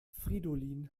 fridolin